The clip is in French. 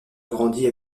grandit